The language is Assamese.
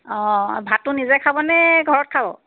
অঁ ভাতটো নিজে খাব নে ঘৰত খাব